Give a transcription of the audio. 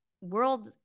World